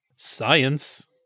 Science